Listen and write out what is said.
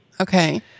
okay